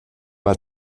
mal